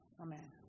Amen